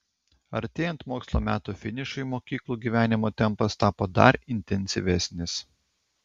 artėjant mokslo metų finišui mokyklų gyvenimo tempas tapo dar intensyvesnis